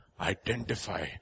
identify